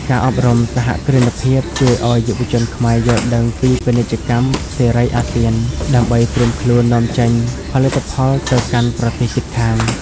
ការអប់រំសហគ្រិនភាពជួយឱ្យយុវជនខ្មែរយល់ដឹងពី "ពាណិជ្ជកម្មសេរីអាស៊ាន" ដើម្បីត្រៀមខ្លួននាំចេញផលិតផលទៅកាន់ប្រទេសជិតខាង។